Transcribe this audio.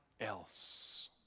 else